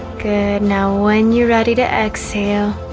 good now when you're ready to exhale